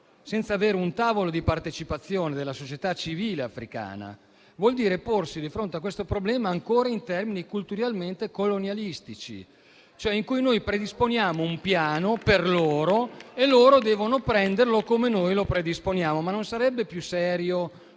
senza avere un tavolo di partecipazione della società civile africana, vuol dire porsi di fronte a questo problema ancora in termini culturalmente colonialistici, in cui noi predisponiamo un piano per loro e loro devono prenderlo come noi lo predisponiamo. Non sarebbe invece